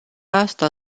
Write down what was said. asta